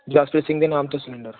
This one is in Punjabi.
ਜਸਪ੍ਰੀਤ ਸਿੰਘ ਦੇ ਨਾਮ 'ਤੇ ਸਿਲੰਡਰ